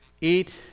eat